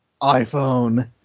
iPhone